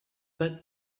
but